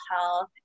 health